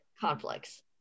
conflicts